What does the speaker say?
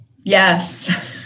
Yes